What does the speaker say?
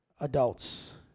adults